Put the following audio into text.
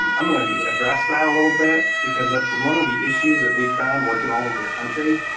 um i'm gonna address that a little bit, because that's one of the issues that we found working all over the country,